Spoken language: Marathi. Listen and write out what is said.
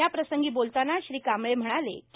या प्रसंगी बोलतांना श्री कांबळे म्हणाले की